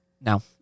No